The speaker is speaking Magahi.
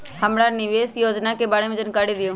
हमरा निवेस योजना के बारे में जानकारी दीउ?